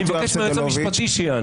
אני מבקש מהיועץ המשפטי שיענה.